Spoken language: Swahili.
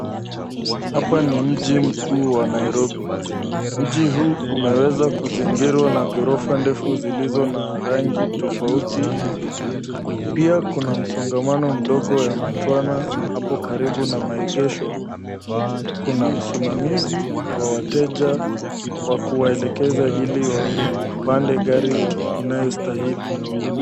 Hapa ni mji mkuu wa Nairobi. Mji huu umeweza kuzingirwa na ghorofa ndefu zilizo na rangi tofauti. Pia kuna msongamano mdogo wa matwana hapo karibu na maegesho. Kuna msimamizi wa wateja wa kuwaelekeza ili wapande gari inayostahili.